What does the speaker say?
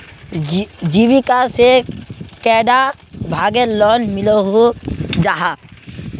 जीविका से कैडा भागेर लोन मिलोहो जाहा?